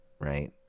right